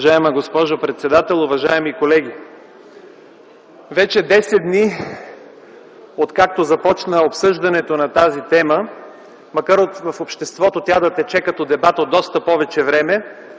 Уважаема госпожо председател, уважаеми колеги! Вече десет дни откакто започна обсъждането на тази тема, макар в обществото тя да тече като дебат от доста повече време.